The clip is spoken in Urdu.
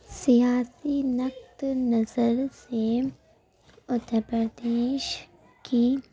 سیاسی نقط نظر سے اتر پردیش کی